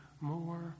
more